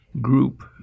group